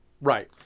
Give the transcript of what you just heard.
Right